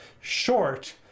short